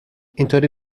اینطوری